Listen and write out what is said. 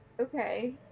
Okay